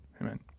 Amen